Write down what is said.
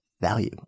value